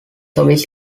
hobbies